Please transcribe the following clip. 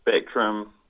spectrum